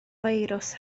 firws